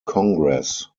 congress